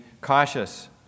cautious